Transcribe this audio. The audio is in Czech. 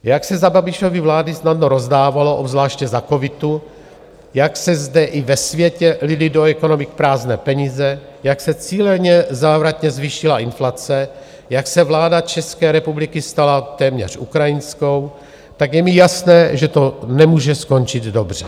Jak se za Babišovy vlády snadno rozdávalo, obzvláště za covidu, jak se zde i ve světě lily do ekonomik prázdné peníze, jak se cíleně závratně zvýšila inflace, jak se vláda České republiky stala téměř ukrajinskou, tak je mi jasné, že to nemůže skončit dobře.